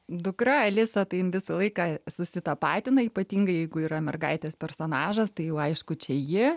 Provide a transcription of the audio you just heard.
dukra alisa tai jin visą laiką susitapatina ypatingai jeigu yra mergaitės personažas tai jau aišku čia ji